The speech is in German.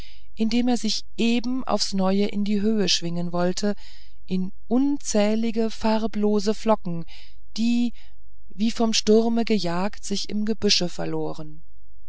indem er sich eben aufs neue in die höhe schwingen wollte in unzählige farblose flocken die wie vom sturme gejagt sich im gebüsche verloren